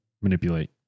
Manipulate